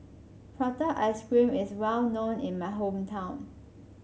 Prata Ice Cream is well known in my hometown